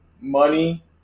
money